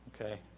Okay